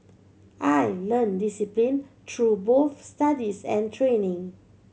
I learnt discipline through both studies and training